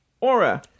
Aura